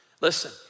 Listen